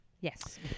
Yes